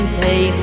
pay